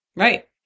Right